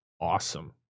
awesome